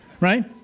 Right